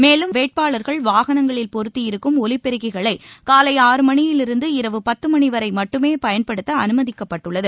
மேலும் வேட்பாளர்கள் வாகனங்களில் பொருத்தியிருக்கும் காலை ஆறுமணியிலிருந்து இரவு பத்துமணி வரை மட்டுமே பயன்படுத்த அனுமதிக்கப்பட்டுள்ளது